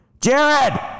Jared